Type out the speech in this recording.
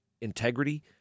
integrity